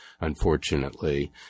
unfortunately